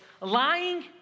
lying